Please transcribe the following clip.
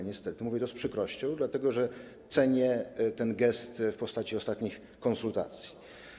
Niestety mówię to z przykrością, dlatego że cenię ten gest w postaci ostatnich konsultacji.